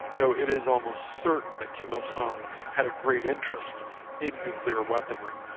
though it is almost certain that kim il-sung had a great interest in nuclear weaponry.